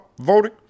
voting